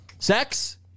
Sex